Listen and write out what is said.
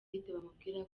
bamubwira